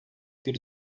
bir